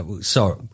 sorry